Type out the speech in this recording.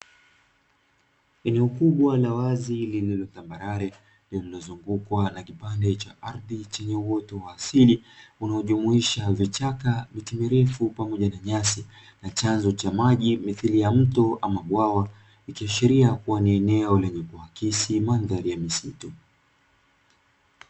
Eneo kubwa la wazi lililo tambalale lililo zungukwa na kipandwa cha ardhi chenye uoto wa asili unaojumuisha vichaka ,nyasi pamoja na miti mirefu na chanzo cha maji mithiri ya mto ama bwawa, ikiashiria kua ni eneo lenye kuakisi mandhari ya misitu.